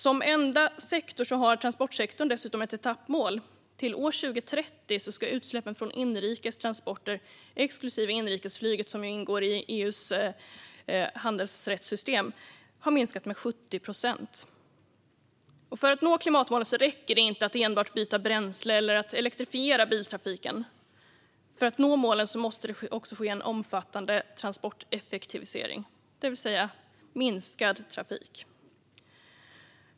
Som enda sektor har transportsektorn dessutom ett etappmål: Till 2030 ska utsläppen från inrikes transporter exklusive inrikesflyget, som ju ingår i EU:s handelsrättssystem, ha minskat med 70 procent. För att nå klimatmålen räcker det inte att enbart byta bränsle eller att elektrifiera biltrafiken. För att nå målen måste det också ske en omfattande transporteffektivisering, det vill säga minskad trafik.